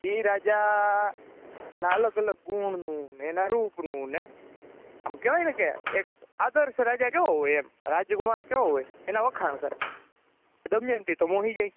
ઇ રાજાના અલગ અલગ ગુણનું અને એના રૂપનું અને આમ કહેવાયને કે એક આદર્શ રાજા કેવો હોય એમ રાજકુમાર કેવો હોય એના વખાણ કરે તો દમયંતી તો મોહી જાય